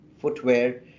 footwear